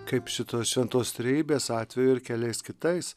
kaip šitos šventos trejybės atveju ir keliais kitais